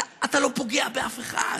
אתה לא פוגע באף אחד.